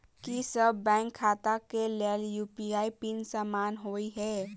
की सभ बैंक खाता केँ लेल यु.पी.आई पिन समान होइ है?